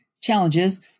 challenges